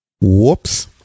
Whoops